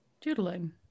Doodling